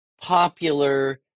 popular